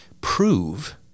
prove